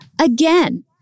Again